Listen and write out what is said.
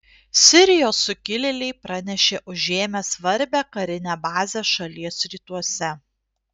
sirijos sukilėliai pranešė užėmę svarbią karinę bazę šalies rytuose